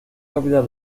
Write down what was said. capital